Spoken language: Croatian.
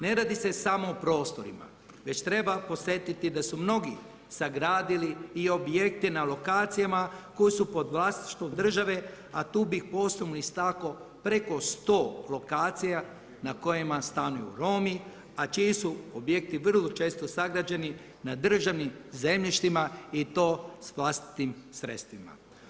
Ne radi se samo o prostorima već treba podsjetiti da su mnogi sagradili i objekte na lokacijama koji su pod vlasništvom države a tu bih posebno istaknuo preko 100 lokacija na kojima stanuju Romi a čiji su objekti vrlo često sagrađeni na državnim zemljištima i to s vlastitim sredstvima.